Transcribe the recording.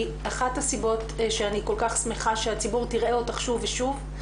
אחת הסיבות שאני כל כך שמחה שהציבור יראה אותך שוב ושוב,